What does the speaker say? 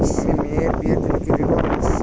আমি মেয়ের বিয়ের জন্য কি ঋণ পাবো?